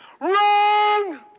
Wrong